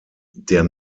der